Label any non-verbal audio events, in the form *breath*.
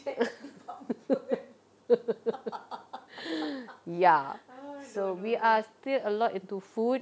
*laughs* *breath* ya so we are still a lot into food